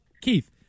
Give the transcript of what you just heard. keith